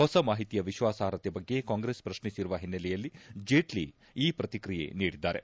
ಹೊಸ ಮಾಹಿತಿಯ ವಿಶ್ವಾಸಾರ್ಹತೆ ಬಗ್ಗೆ ಕಾಂಗ್ರೆಸ್ ಪ್ರಶ್ನಿಸಿರುವ ಹಿನ್ನೆಲೆಯಲ್ಲಿ ಜೇಟ್ಲ ಈ ಪ್ರತಿಕ್ರಿಯೆ ನೀಡಿದ್ದಾರೆ